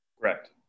Correct